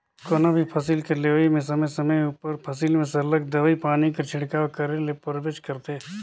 कोनो भी फसिल कर लेवई में समे समे उपर फसिल में सरलग दवई पानी कर छिड़काव करे ले परबेच करथे